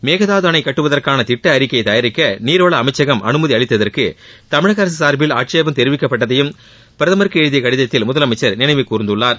மேகதாது அணை கட்டுவதற்கான திட்ட அறிக்கை தயாரிக்க நீர்வள அமைச்சகம் அனுமதி அளித்ததற்கு தமிழக அரசு சார்பில் ஆட்சேபம் தெரிவிக்கப்பட்டதையும் பிரதமருக்கு எழுதிய கடிதத்தில் முதலமைச்சர் நினைவுகூர்ந்துள்ளார்